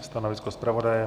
Stanovisko zpravodaje?